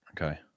Okay